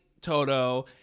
Toto